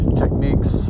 techniques